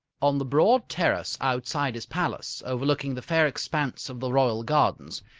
on the broad terrace outside his palace, overlooking the fair expanse of the royal gardens,